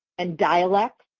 and dialects.